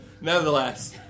nevertheless